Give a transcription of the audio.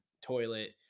toilet